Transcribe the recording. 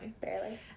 Barely